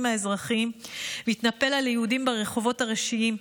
האזרחיים והתנפל על היהודים ברחובות הראשיים.